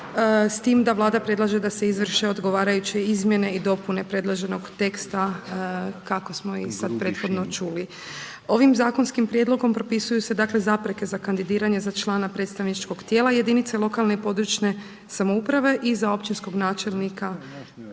s tim da Vlada predlaže se izvrše odgovarajuće izmjene i dopune predloženog teksta kako smo sada prethodno čuli. Ovim zakonskim prijedlogom propisuju se zapreke za kandidiranje za člana predstavničkog tijela jedinice lokalne i područne samouprave i za općinskog načelnika,